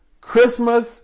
Christmas